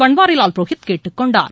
பன்வாரிலால் புரோகித் கேட்டுக் கொண்டார்